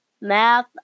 Math